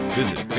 visit